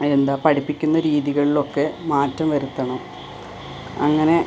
ആ എന്താണ് പഠിപ്പിക്കുന്ന രീതികളിലൊക്കെ മാറ്റം വരുത്തണം അങ്ങനെ